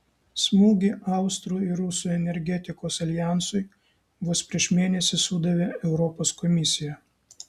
smūgį austrų ir rusų energetikos aljansui vos prieš mėnesį sudavė europos komisija